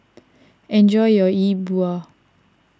enjoy your Yi Bua